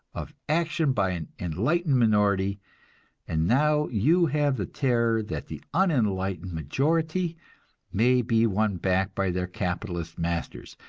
of action by an enlightened minority and now you have the terror that the unenlightened majority may be won back by their capitalist masters,